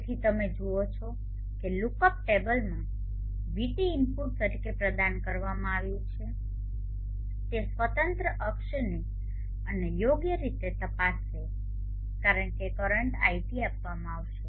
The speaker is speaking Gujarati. તેથી તમે જુઓ છો કે લુકઅપ ટેબલમાં vT ઇનપુટ તરીકે પ્રદાન કરવામાં આવ્યું છે તે સ્વતંત્ર અક્ષને અને યોગ્ય રીતે તપાસશે કારણ કે કરંટ iT આપવામાં આવશે